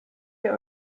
der